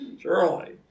surely